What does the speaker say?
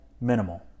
minimal